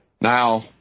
Now